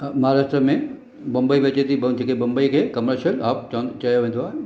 महाराष्ट्र में बंबई बि बचे थी जेके बंबईअ खे कमरशिअल ऑफ चयो वेंदो आहे